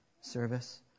service